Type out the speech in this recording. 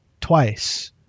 twice